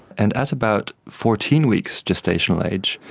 and at about fourteen weeks gestational age,